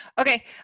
okay